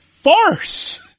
farce